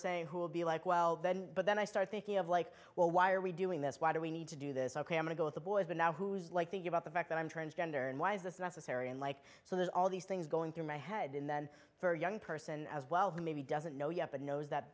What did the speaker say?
saying who will be like well then but then i start thinking of like well why are we doing this why do we need to do this ok i'm gonna go with the boys but now who's like thinking about the fact that i'm transgender and why is this necessary and like so there's all these things going through my head and then for a young person as well who maybe doesn't know yet but knows that